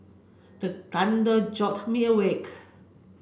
the thunder jolt me awake